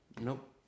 Nope